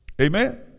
Amen